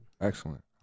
Excellent